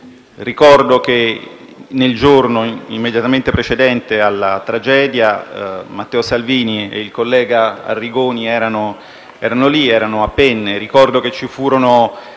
ricordo che nel giorno immediatamente precedente alla tragedia Matteo Salvini e il collega Arrigoni erano lì, a Penne. Ricordo che ci furono